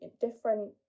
different